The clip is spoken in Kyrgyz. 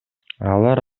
алар